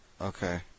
Okay